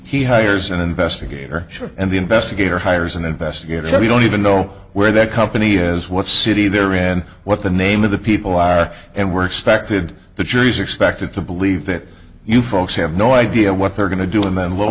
he hires an investigator sure and the investigator hires an investigator so we don't even know where that company is what city they're in what the name of the people are and we're expected the jury's expected to believe that you folks have no idea what they're going to do and then lo